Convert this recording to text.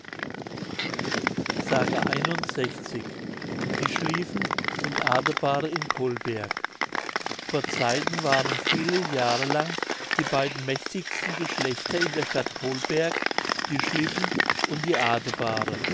die schlieffen und adebare in colberg vor zeiten waren viele jahre lang die beiden mächtigsten geschlechter in der stadt colberg die schlieffen und die adebare